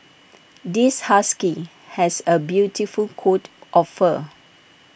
this husky has A beautiful coat of fur